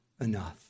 enough